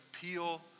peel